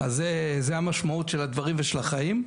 אז זה המשמעות של הדברים ושל החיים.